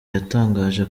yatangaje